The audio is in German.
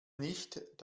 nicht